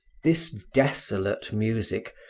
this desolate music,